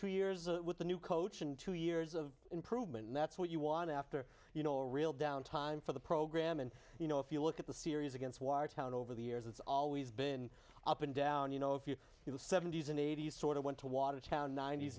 two years with a new coach and two years of improvement and that's what you want after you know a real down time for the program and you know if you look at the series against watertown over the years it's always been up and down you know if you you know seventy's and eighty's sort of went to watertown ninet